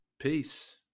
Peace